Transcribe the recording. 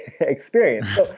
experience